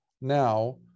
now